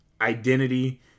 identity